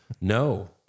No